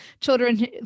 children